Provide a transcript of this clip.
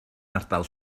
ardal